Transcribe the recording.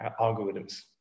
algorithms